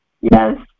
Yes